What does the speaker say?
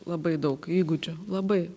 labai daug įgūdžių labai